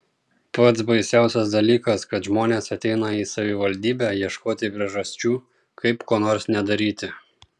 pats baisiausias dalykas kad žmonės ateina į savivaldybę ieškoti priežasčių kaip ko nors nedaryti